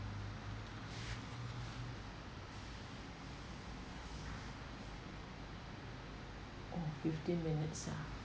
oh fifteen minutes